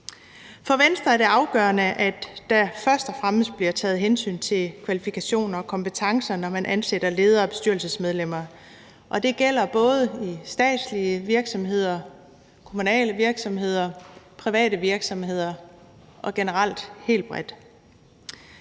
For Venstre er det afgørende, at der først og fremmest bliver taget hensyn til kvalifikationer og kompetencer, når man ansætter ledere og bestyrelsesmedlemmer, og det gælder både i statslige virksomheder, kommunale virksomheder, private virksomheder og generelt helt bredt,